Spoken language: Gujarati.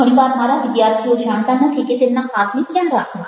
ઘણી વાર મારા વિદ્યાર્થીઓ જાણતા નથી કે તેમના હાથને ક્યાં રાખવા